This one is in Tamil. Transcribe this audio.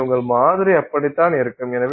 எனவே உங்கள் மாதிரி அப்படித்தான் இருக்கும்